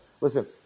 Listen